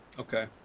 okay.